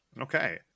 okay